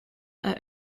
are